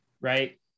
right